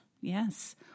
Yes